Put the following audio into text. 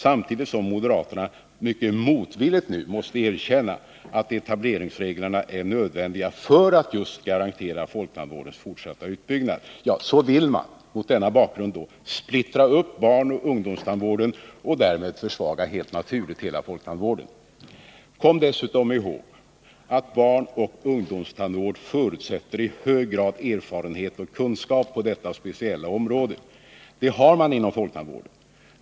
Samtidigt som moderaterna mycket motvilligt nu måste erkänna att etableringsreglerna är nödvändiga just för att garantera folktandvårdens fortsatta utbyggnad vill man mot denna bakgrund splittra upp barnoch ungdomstandvården och därmed helt naturligt försvaga hela folktandvården. Kom dessutom ihåg att barnoch ungdomstandvård i hög grad förutsätter erfarenhet och kunskap på detta speciella område. Det har man inom folktandvården.